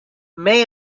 may